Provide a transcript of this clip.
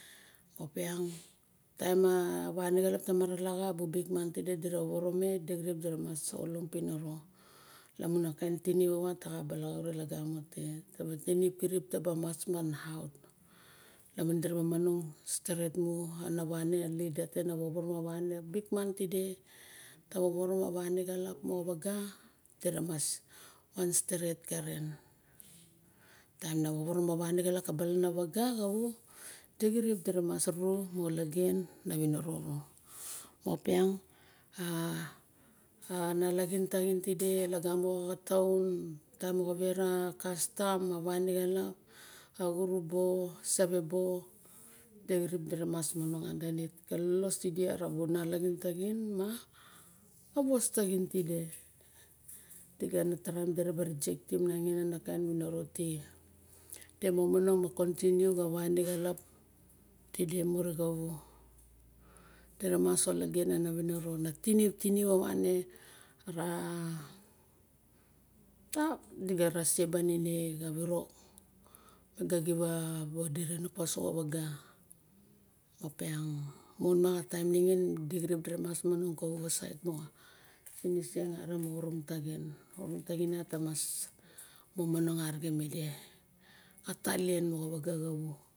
Opian a taim a wane xalap ta maru laxa a bu bikman tide dira woworo me. Decirip dira mas olong piniro lamun a kain tinip awa? Taxaba rolep ide nataba mas mana. Lamun diraba mas manong steret mu ana wane lida te na wane xalap mo waga. Dira mas wan steret karen. Taim na woworo ma wane xalap kabalanawaga dexirip dira mas ru ma ologen na winiro. Opiang a nalaxin taxin ide lagamo xa xataun taim moxa wera a kastom awane xalap a xurubo save bo idexirip diramas manong andanit ka losos ide nalaxin taxin ma wos taxin tide diga taraem pawa rejectim nangin anakain winiroti. Dimongng ma kontiniu xa wane xalap tide mure xawu xa sait moxa siniseng arixem o orong taxin a orong taxin iat tamas monong arixem ide xa talien moxa waga xawu.